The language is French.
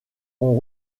ont